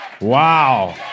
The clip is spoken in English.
wow